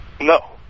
No